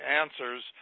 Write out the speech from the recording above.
answers